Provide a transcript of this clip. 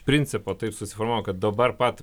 principo taip susiformavo kad dabar pat